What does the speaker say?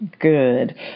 good